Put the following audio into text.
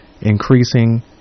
increasing